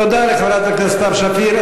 תודה לחברת הכנסת סתיו שפיר.